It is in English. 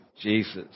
Jesus